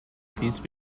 these